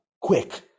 Quick